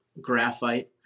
graphite